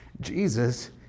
Jesus